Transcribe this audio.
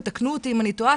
ותקנו אותי אם אני טועה,